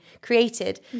created